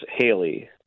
Haley